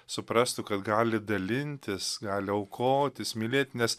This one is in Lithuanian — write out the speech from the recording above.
suprastų kad gali dalintis gali aukotis mylėti nes